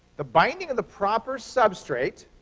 the binding of the proper substrate